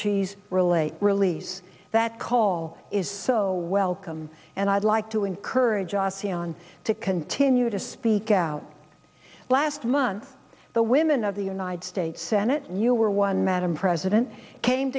cheese relate release that call is so welcome and i'd like to encourage us and to continue to speak out last month the women of the united states senate you are one madam president came